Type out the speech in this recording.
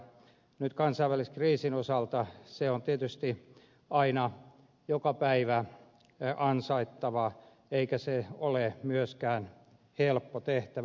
nyt kansainvälisen kriisin osalta se on tietysti aina joka päivä ansaittava eikä se ole myöskään helppo tehtävä